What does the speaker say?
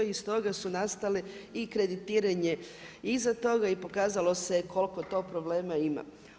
I stoga su nastale i kreditiranje iza toga i pokazalo se koliko to problema ima.